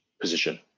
position